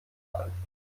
gefallen